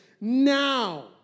now